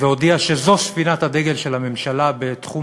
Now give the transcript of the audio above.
והודיעה שזו ספינת הדגל של הממשלה בתחום